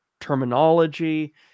terminology